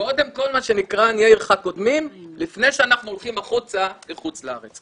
קודם כל מה שנקרא עניי עירך קודמים לפני שאנחנו הולכים החוצה לחוץ לארץ,